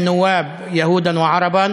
יהודים וערבים,